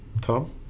Tom